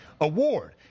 award